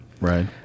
Right